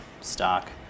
stock